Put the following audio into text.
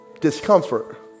discomfort